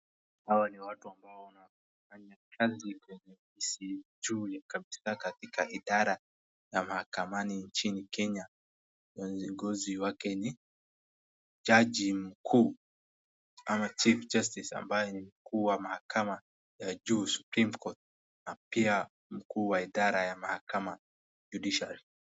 Hawa ni watu ambao wanafanya kazi kwenye ofisi juu ya kabisa katika idara ya mahakamani nchini Kenya na viongozi wake ni jaji mkuu ama [cs) chief justice [cs) ambaye ni mkuu wa mahakama ya juu [cs) supreme Court [cs) na pia mkuu wa idara ya mahakama [cs) judiciary [cs).